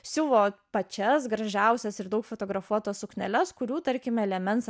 siuvo pačias gražiausias ir daug fotografuotas sukneles kurių tarkime liemens